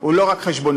הוא לא רק חשבונאות.